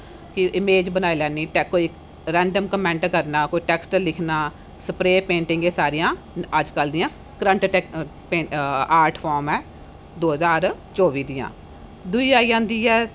के image बनाई लैनी random comment करना कोई टेक्सट लिखना स्प्रै पेंटिंग ऐ सारियां अजकल दियां करंट आर्ट फार्म ऐ दो हजार चौबी दियां दूई आई जंदी ऐ